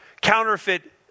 counterfeit